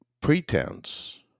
pretense